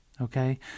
Okay